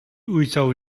uico